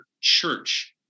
church